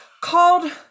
called